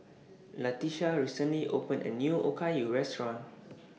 Latesha recently opened A New Okayu Restaurant